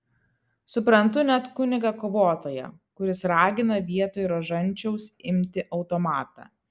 suprantu net kunigą kovotoją kuris ragina vietoj rožančiaus imti automatą